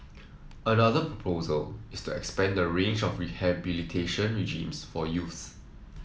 another proposal is to expand the range of rehabilitation regimes for youths